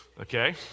okay